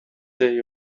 day